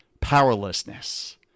powerlessness